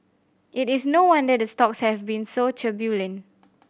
it is no wonder the stocks have been so turbulent